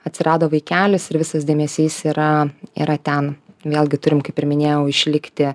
atsirado vaikelis ir visas dėmesys yra yra ten vėlgi turim kaip ir minėjau išlikti